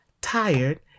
tired